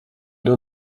ühed